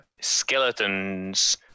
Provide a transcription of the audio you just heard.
skeletons